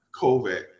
COVID